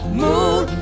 moon